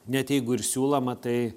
net jeigu ir siūloma tai